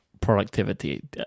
productivity